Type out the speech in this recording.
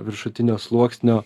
viršutinio sluoksnio